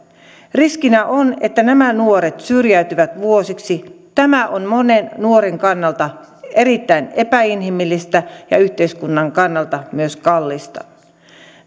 riskinä on että nämä nuoret syrjäytyvät vuosiksi tämä on monen nuoren kannalta erittäin epäinhimillistä ja yhteiskunnan kannalta myös kallista